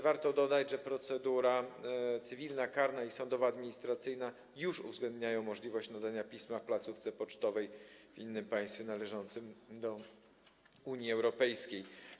Warto dodać, że procedura cywilna, karna i sądowoadministracyjna już uwzględniają możliwość nadania pisma w placówce pocztowej w innym państwie należącym do Unii Europejskiej.